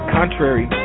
contrary